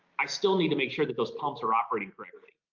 i still need to make sure that those pumps are operating correctly.